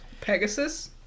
Pegasus